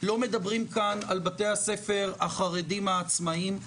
לא מדברים כאן על בתי הספר החרדים העצמאיים,